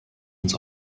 uns